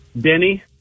Denny